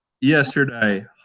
yesterday